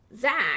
Zach